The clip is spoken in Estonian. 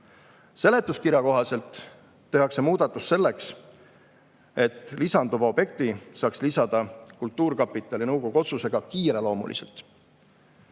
Seletuskirja kohaselt tehakse muudatus selleks, et lisanduva objekti saaks lisada kultuurkapitali nõukogu otsusega kiireloomuliselt.